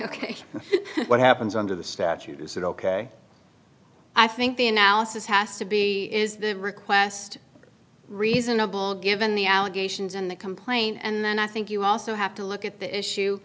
ok what happens under the statute is that ok i think the analysis has to be is the request reasonable given the allegations in the complaint and then i think you also have to look at the issue